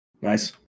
nice